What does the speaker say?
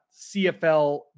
CFL